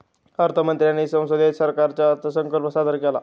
अर्थ मंत्र्यांनी संसदेत सरकारचा अर्थसंकल्प सादर केला